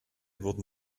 wurden